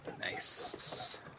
Nice